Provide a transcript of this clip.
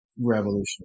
revolutionary